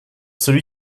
celui